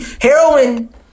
Heroin